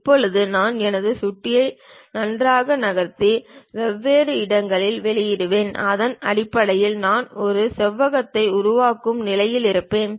இப்போது நான் எனது சுட்டியை நன்றாக நகர்த்தி வெவ்வேறு இடங்களில் வெளியிடுவேன் அதன் அடிப்படையில் நான் ஒரு செவ்வகத்தை உருவாக்கும் நிலையில் இருப்பேன்